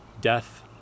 death